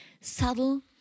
subtle